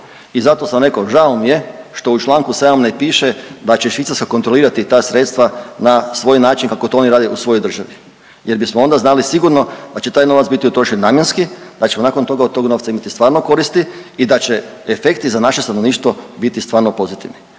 I zato sam rekao žao mi je što u Članku 7. ne piše da će Švicarska kontrolirati ta sredstva na svoj način kako to oni rade u svojoj državi jer bismo onda znali sigurno da će taj novac biti utrošen namjenski, da ćemo nakon tog od tog novca imati stvarno koristi i da će efekti za naše stanovništvo biti stvarno pozitivni.